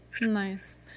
Nice